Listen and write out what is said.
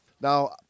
Now